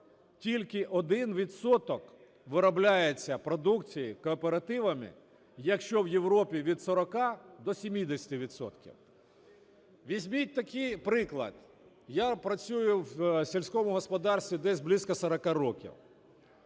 відсоток виробляється продукції кооперативами, якщо в Європі від 40 до 70 відсотків? Візьміть такий приклад. Я працюю в сільському господарстві десь близько 40 років.